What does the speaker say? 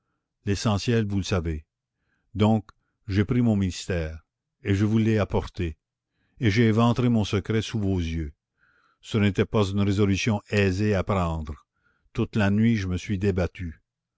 l'essentiel vous le savez donc j'ai pris mon mystère et je vous l'ai apporté et j'ai éventré mon secret sous vos yeux ce n'était pas une résolution aisée à prendre toute la nuit je me suis débattu